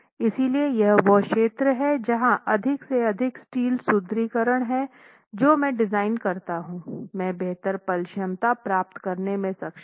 इसलिए यह वह क्षेत्र है जहां अधिक से अधिक स्टील सुदृढीकरण है जो मैं डिज़ाइन करता हूं मैं बेहतर पल क्षमता प्राप्त करने में सक्षम हूँ